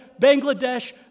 Bangladesh